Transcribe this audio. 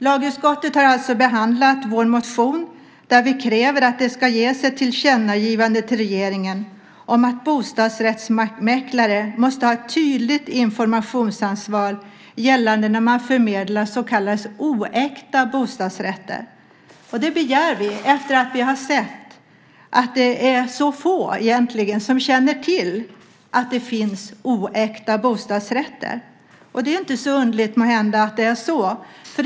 Lagutskottet har alltså behandlat vår motion där vi kräver att det ska ges ett tillkännagivande till regeringen om att bostadsrättsmäklare måste ha ett tydligt informationsansvar gällande när man förmedlar så kallade oäkta bostadsrätter. Det begär vi efter att vi har sett att det är så få egentligen som känner till att det finns oäkta bostadsrätter. Det är inte så underligt att det är så.